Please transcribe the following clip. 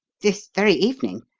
this very evening.